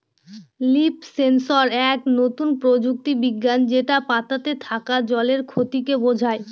leaf sensor এক নতুন প্রযুক্তি বিজ্ঞান যেটা পাতাতে থাকা জলের ক্ষতিকে বোঝায়